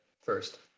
first